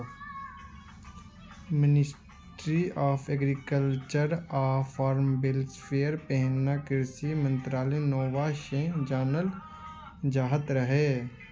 ministry of agriculture आ farmer welfare पहिने कृषि मंत्रालय नाओ सँ जानल जाइत रहय